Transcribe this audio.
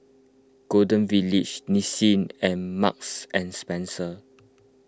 Golden Village Nissin and Marks and Spencer